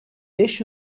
beş